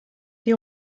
die